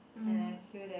and I feel that